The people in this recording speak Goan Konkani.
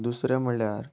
दुसरें म्हळ्यार